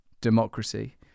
democracy